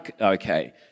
okay